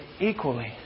equally